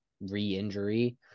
re-injury